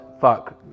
fuck